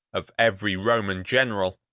of every roman general,